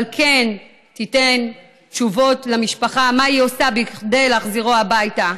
אבל שכן תיתן תשובות למשפחה מה היא עושה בכדי להחזירו הביתה.